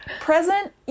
Present